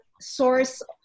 source